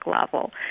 level